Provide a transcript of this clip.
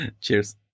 Cheers